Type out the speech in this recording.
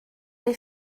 des